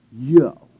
Yo